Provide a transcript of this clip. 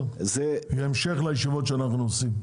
המשך לישיבות שאנחנו עושים.